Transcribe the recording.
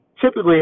typically